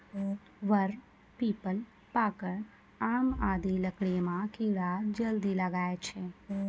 वर, पीपल, पाकड़, आम आदि लकड़ी म कीड़ा जल्दी लागै छै